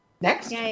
Next